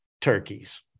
turkeys